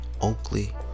oakley